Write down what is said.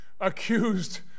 accused